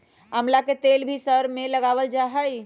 आमला के तेल भी सर में लगावल जा हई